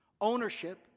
Ownership